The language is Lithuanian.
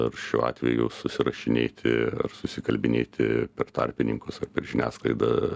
ir šiuo atveju susirašinėti ar susikalbinėti per tarpininkus ar per žiniasklaidą